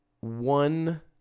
one